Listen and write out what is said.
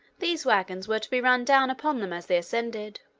these wagons were to be run down upon them as they ascended.